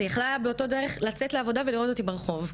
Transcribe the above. היא יכלה באותה דרך לצאת לעבודה ולראות אותי ברחוב.